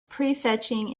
prefetching